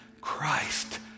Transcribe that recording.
Christ